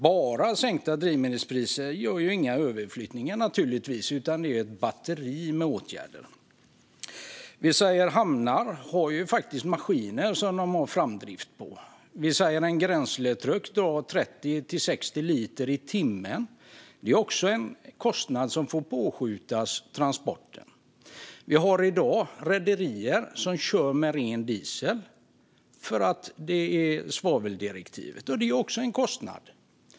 Bara sänkta drivmedelspriser skapar ju inga överflyttningar, utan det är ett batteri med åtgärder som krävs. Hamnar har ju faktiskt maskiner med framdrift. En grensletruck drar 30-60 liter i timmen. Det är också en kostnad som läggs på till transporten. I dag finns det rederier som kör med ren diesel på grund av svaveldirektivet. Det är också en kostnad.